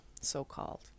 so-called